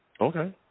Okay